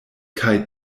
kaj